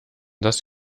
dass